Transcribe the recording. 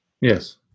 Yes